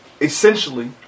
essentially